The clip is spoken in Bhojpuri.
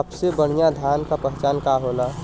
सबसे बढ़ियां धान का पहचान का होला?